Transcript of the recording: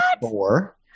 four